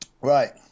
Right